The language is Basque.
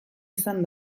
izan